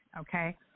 okay